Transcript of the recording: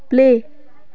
play